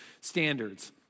standards